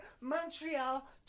Montreal